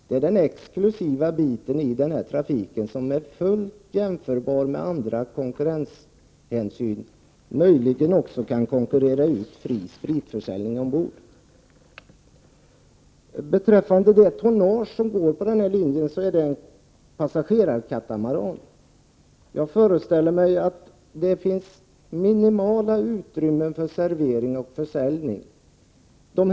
Det är den exklusiva biten i fråga om den här trafiken — som alltså är fullt jämförbar med andra konkurrenshänsyn. Möjligen kan den här fördelen också konkurrera ut alternativet med fri spritförsäljning ombord. Beträffande tonnaget på den här linjen vill jag säga att det är fråga om en passagerarbåt av katamarantyp. Jag föreställer mig att utrymmena för servering och försäljning är minimala.